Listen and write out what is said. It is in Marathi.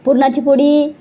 पुरणाची पोळी